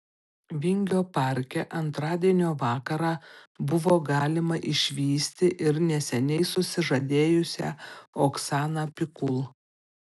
vingio parke antradienio vakarą buvo galima išvysti ir neseniai susižadėjusią oksaną pikul